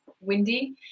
windy